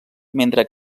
mentre